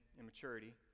immaturity